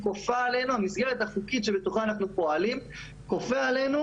המסגרת החוקית שבתוכה אנחנו פועלים כופה עלינו